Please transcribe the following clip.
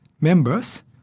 members